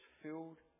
filled